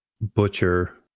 butcher